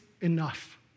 enough